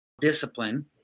discipline